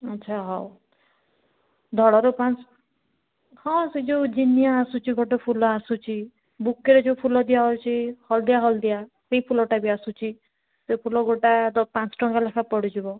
ଆଚ୍ଛା ହଉ ଧଳାରୁ ପାଞ୍ଚ ହଁ ସେ ଯେଉଁ ଜିନିଆ ଆସୁଚି ଗୋଟେ ଫୁଲ ଆସୁଛି ବୁକେରେ ଯେଉଁ ଫୁଲ ଦିଆହେଉଛି ହଳଦିଆ ହଳଦିଆ ସେଇ ଫୁଲଟା ବି ଆସୁଛି ସେ ଫୁଲ ଗୋଟା ତ ପାଞ୍ଚ ଟଙ୍କା ଲେଖା ପଡ଼ିଯିବ